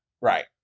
Right